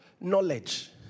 knowledge